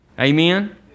Amen